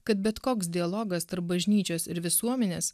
kad bet koks dialogas tarp bažnyčios ir visuomenės